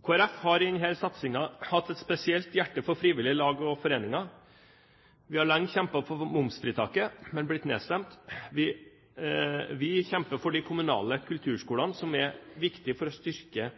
Folkeparti har i denne satsingen hatt et spesielt hjerte for frivillige lag og foreninger. Vi har lenge kjempet for momsfritaket, men blitt nedstemt. Vi kjemper for de kommunale kulturskolene, som er viktige for å styrke